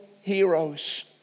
heroes